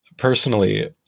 Personally